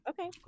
Okay